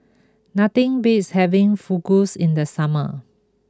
nothing beats having Fugus in the summer